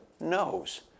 knows